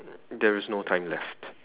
there is no time left